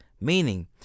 Meaning